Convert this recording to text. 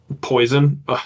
poison